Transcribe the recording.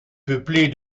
peuplée